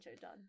done